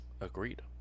Agreed